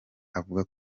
avuga